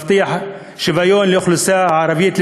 מבטיח שוויון לאוכלוסייה הערבית,